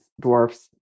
dwarfs